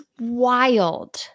wild